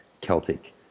Celtic